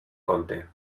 compte